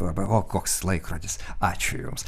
arba o koks laikrodis ačiū jums